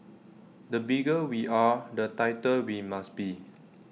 the bigger we are the tighter we must be